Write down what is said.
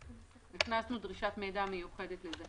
הכנסנו דרישת מידע מיוחדת לזה.